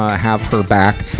have her back.